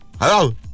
hello